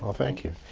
ah thank you.